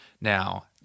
now